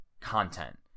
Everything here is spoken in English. content